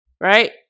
Right